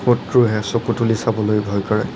শক্ৰৱে চকু তুলি চাবলৈ ভয় কৰে